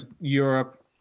Europe